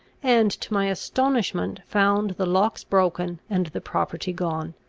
and, to my astonishment, found the locks broken, and the property gone.